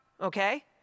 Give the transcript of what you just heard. okay